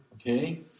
Okay